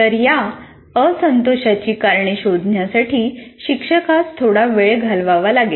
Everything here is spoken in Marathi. तर या असंतोषाची कारणे शोधण्यासाठी शिक्षकास थोडा वेळ घालवावा लागेल